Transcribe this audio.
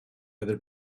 other